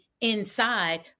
inside